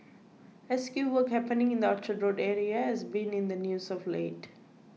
rescue work happening in the Orchard Road area has been in the news of late